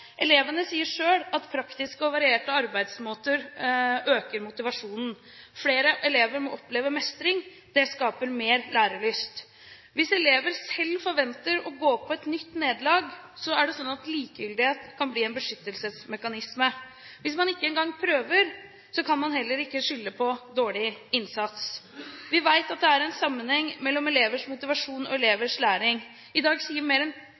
Elevene sier selv at praktiske og varierte arbeidsmåter øker motivasjonen. Flere elever må oppleve mestring – det skaper mer lærelyst. Hvis elever selv forventer å gå på et nytt nederlag, er det slik at likegyldighet kan bli en beskyttelsesmekanisme. Hvis man ikke engang prøver, kan man heller ikke skylde på dårlig innsats. Vi vet at det er en sammenheng mellom elevers motivasjon og elevers læring. I dag sier mer enn